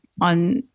on